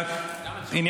גם על שפעת?